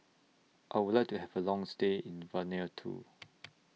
I Would like to Have A Long stay in Vanuatu